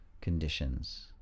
conditions